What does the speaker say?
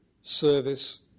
service